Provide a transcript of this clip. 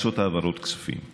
לעשות העברות כספים.